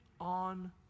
on